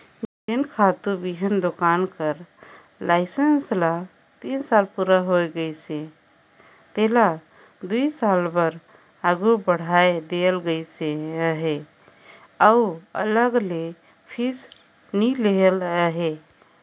जेन खातूए बीहन दोकान कर लाइसेंस ल तीन साल पूरा होए गइस तेला दुई साल बर आघु बढ़ाए देहल गइस अहे अउ अलग ले फीस नी लेहिस अहे